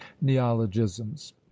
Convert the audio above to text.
neologisms